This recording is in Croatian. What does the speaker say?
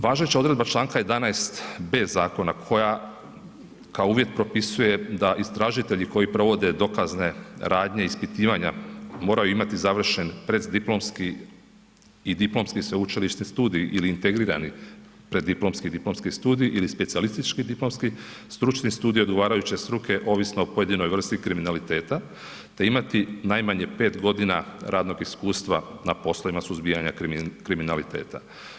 Važeća odredba članka 11.b zakona koja kao uvjet propisuje da istražitelji koji provode dokazne radnje, ispitivanja moraju imati završeni prediplomski i diplomski sveučilišni studij ili integrirani prediplomski i diplomski studij ili specijalistički diplomski stručni studij odgovarajuće struke ovisno o pojedinoj vrsti kriminaliteta te imati najmanje 5 godina radnog iskustva na poslovima suzbijanja kriminaliteta.